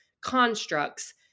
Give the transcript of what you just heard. constructs